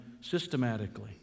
systematically